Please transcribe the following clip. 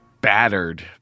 battered